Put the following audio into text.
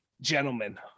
Gentlemen